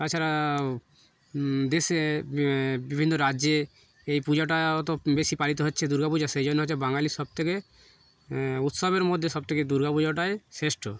তাছাড়া দেশে বিভিন্ন রাজ্যে এই পূজাটা অ তো বেশি পালিত হচ্ছে দুর্গাাপূজা সেই জন্য হচ্ছে বাঙালি সবথেকে উৎসবের মধ্যে সবথেকে দুর্গাাপূজাটাই শ্রেষ্ঠ